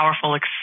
powerful